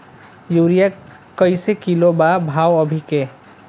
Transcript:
Urea कइसे kilo बा भाव अभी के?